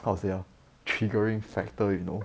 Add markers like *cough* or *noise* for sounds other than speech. *noise* how to say ah triggering factor you know